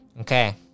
Okay